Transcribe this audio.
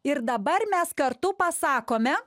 ir dabar mes kartu pasakome